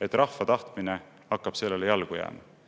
et rahva tahtmine hakkab sellele jalgu jääma.